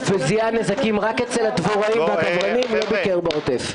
וזיהה נזקים רק אצל הדבוראים והכוורנים לא ביקר בעוטף.